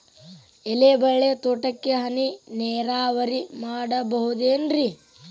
ಎಲೆಬಳ್ಳಿ ತೋಟಕ್ಕೆ ಹನಿ ನೇರಾವರಿ ಮಾಡಬಹುದೇನ್ ರಿ?